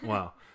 Wow